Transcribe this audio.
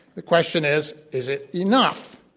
the question is, is it enough.